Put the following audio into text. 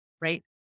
right